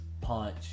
punch